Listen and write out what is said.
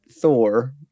Thor